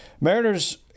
mariners